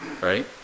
right